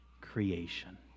creation